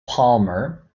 palmer